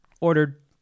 Ordered